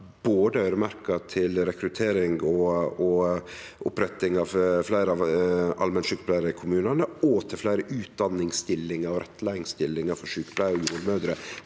både til rekruttering og oppretting av fleire allmennsjukepleiarar i kommunane og til fleire utdaningsstillingar og rettleiingsstillingar for sjukepleiarar og jordmødrer.